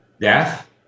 death